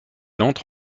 entre